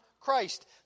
Christ